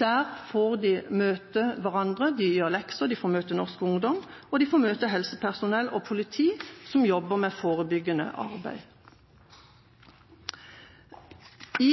Der får de møte hverandre, de gjør lekser, de får møte norsk ungdom, og de får møte helsepersonell og politi, som jobber med forebyggende arbeid. I